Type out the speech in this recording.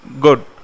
good